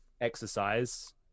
exercise